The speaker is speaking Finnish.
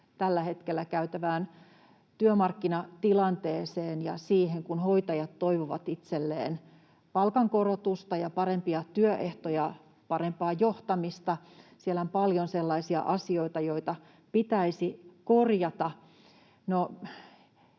tällä hetkellä käytävään työmarkkinatilanteeseen ja siihen, kun hoitajat toivovat itselleen palkankorotusta ja parempia työehtoja, parempaa johtamista — siellä on paljon sellaisia asioita, joita pitäisi korjata.